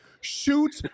shoot